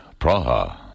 Praha